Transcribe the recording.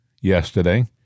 yesterday